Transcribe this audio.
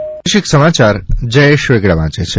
પ્રાદેશિક સમાયાર જયેશ વેગડા વાંચે છે